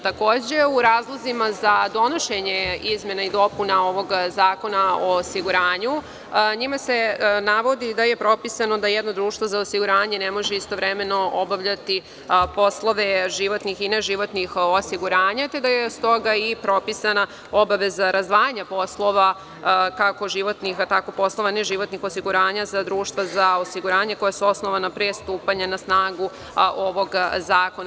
Takođe, u razlozima za donošenje izmena i dopuna ovog zakona o osiguranju se navodi da je propisano da jedno društvo za osiguranje ne može istovremeno obavljati poslove životnih i neživotnih osiguranja, te da je stoga i propisana obaveza razdvajanja poslova, kako životnih, tako i poslova neživotnih osiguranja za društva za osiguranja koja su osnovana pre stupanja na snagu ovog zakona.